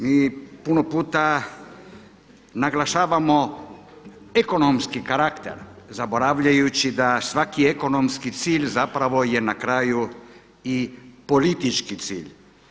Mi puno puta naglašavamo ekonomski karakter zaboravljajući da svaki ekonomski cilj zapravo je na kraju i politički cilj.